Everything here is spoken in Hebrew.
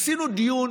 עשינו דיון,